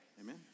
Amen